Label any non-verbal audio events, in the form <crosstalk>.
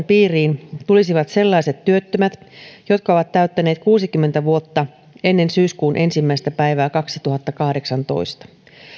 <unintelligible> piiriin tulisivat sellaiset työttömät jotka ovat täyttäneet kuusikymmentä vuotta ennen syyskuun ensimmäinen päivää kaksituhattakahdeksantoista